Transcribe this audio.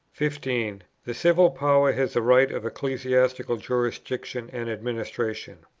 fifteen. the civil power has the right of ecclesiastical jurisdiction and administration.